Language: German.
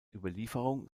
überlieferung